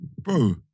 Bro